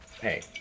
Hey